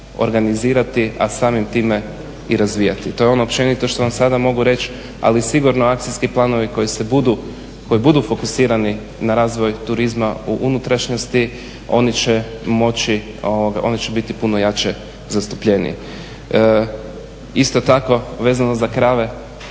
organizirati, a samim time i razvijati. To je ono općenito što vam sada mogu reći, ali sigurno akcijski planovi koji budu fokusirani na razvoj turizma u unutrašnjosti oni će biti puno jače zastupljeniji Isto tako vezano za krave,